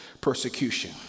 persecution